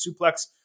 suplex